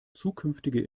zukünftige